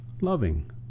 loving